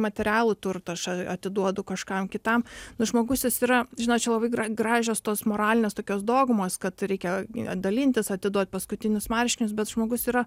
materialų turtą aš atiduodu kažkam kitam žmogus jis yra žinot čia labai gražios tos moralinės tokios daugumos kad reikia dalintis atiduoti paskutinius marškinius bet žmogus yra